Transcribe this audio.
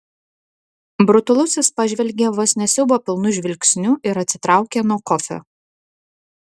brutalusis pažvelgė vos ne siaubo pilnu žvilgsniu ir atsitraukė nuo kofio